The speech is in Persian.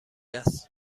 است